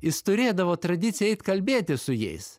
jis turėdavo tradiciją eit kalbėtis su jais